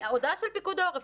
הודעה של פיקוד העורף,